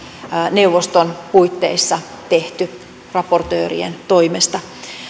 neuvoston puitteissa tehty raportöörien toimesta